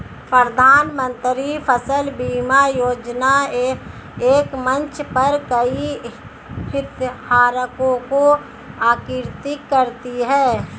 प्रधानमंत्री फसल बीमा योजना एक मंच पर कई हितधारकों को एकीकृत करती है